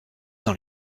dans